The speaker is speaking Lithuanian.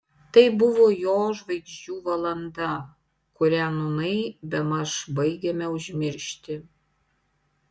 tai buvo jo žvaigždžių valanda kurią nūnai bemaž baigiame užmiršti